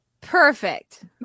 Perfect